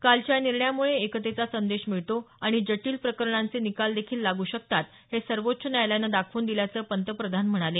कालच्या या निर्णयामुळे एकतेचा संदेश मिळतो आणि जटिल प्रकरणांचे निकाल देखील लागू शकतात हे सर्वोच्च न्यायालयानं दाखवून दिल्याचं पंतप्रधान म्हणाले